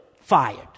fired